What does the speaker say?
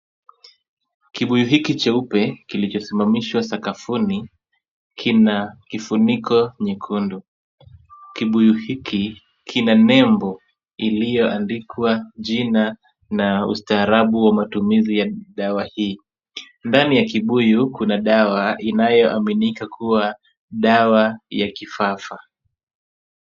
Kibuyu hiki cheupe kilichosimamishwa sakafuni kina kifuniko nyekundu. Kibuyu hiki kina nembo iliyoandikwa jina na ustaarabu wa matumizi ya dawa hii. Ndani ya kibuyu kuna dawa inayoaminika kuwa dawa ya kifafa.